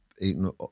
eaten